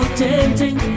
tempting